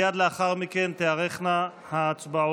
מייד לאחר מכן תיערכנה ההצבעות.